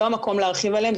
לא המקום להרחיב עליהן.